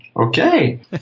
okay